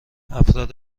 افراد